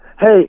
Hey